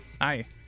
Hi